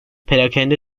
perakende